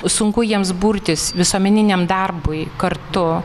sunku jiems burtis visuomeniniam darbui kartu